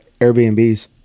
Airbnbs